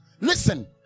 Listen